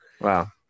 Wow